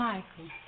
Michael